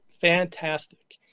fantastic